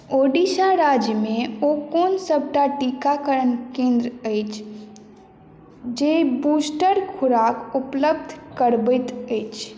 ओडिशा राज्यमे ओ कोन सभटा टीकाकरण केन्द्र अछि जे बूस्टर खुराक उपलब्ध करबैत अछि